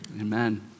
Amen